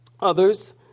others